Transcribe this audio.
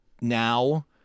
now